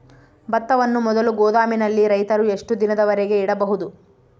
ಭತ್ತವನ್ನು ಮೊದಲು ಗೋದಾಮಿನಲ್ಲಿ ರೈತರು ಎಷ್ಟು ದಿನದವರೆಗೆ ಇಡಬಹುದು?